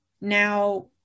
now